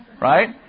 right